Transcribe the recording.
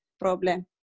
problem